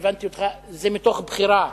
זה מתוך בחירה,